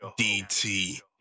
DT